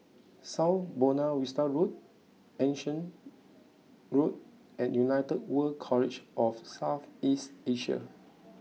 South Buona Vista Road Anson Road and United World College of South East Asia